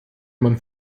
man